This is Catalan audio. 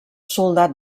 soldat